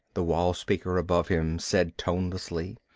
the wall speaker above him said tonelessly.